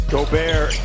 Gobert